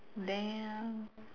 damn